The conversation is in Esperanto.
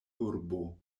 urbo